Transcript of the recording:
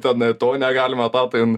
tenai to negalima tau ten